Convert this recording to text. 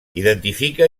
identifica